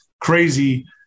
crazy